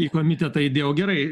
į komitetą įdėjau gerai